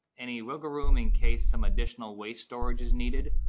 any wiggle room in case some additional waste storage is needed?